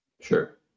Sure